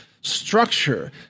structure